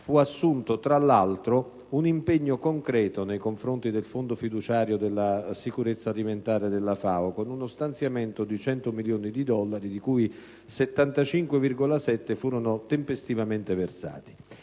fu assunto tra l'altro un impegno concreto nei confronti del fondo fiduciario della sicurezza alimentare della FAO con uno stanziamento di 100 milioni di dollari, di cui 75,7 furono tempestivamente versati.